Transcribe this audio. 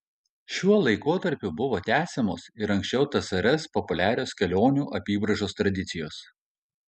šiuo laikotarpiu buvo tęsiamos ir anksčiau tsrs populiarios kelionių apybraižos tradicijos